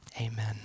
Amen